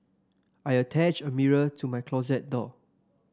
I attached a mirror to my closet door